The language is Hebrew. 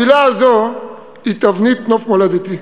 המילה הזאת היא תבנית נוף מולדתי.